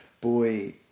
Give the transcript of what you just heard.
boy